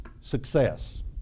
success